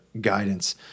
guidance